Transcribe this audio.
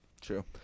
True